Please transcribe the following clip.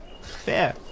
Fair